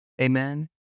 Amen